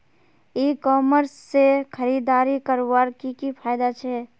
ई commerce से खरीदारी करवार की की फायदा छे?